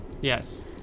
Yes